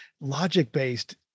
logic-based